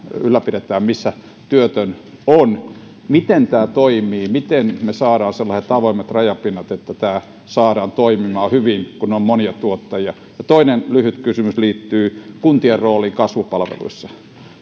sitä missä työtön on miten tämä toimii miten me saamme sellaiset avoimet rajapinnat että tämä saadaan toimimaan hyvin kun on monia tuottajia ja toinen lyhyt kysymys liittyy kuntien rooliin kasvupalveluissa mikä on